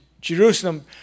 Jerusalem